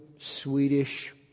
Swedish